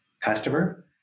customer